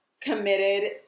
committed